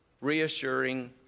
reassuring